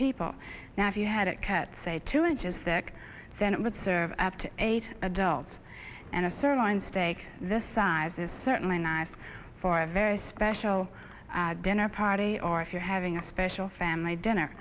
people now if you had it cut say two inches thick then it would serve up to eight adults and a third one steak this size is certainly nice for a very special dinner party or if you're having a special family dinner